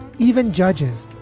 even judges,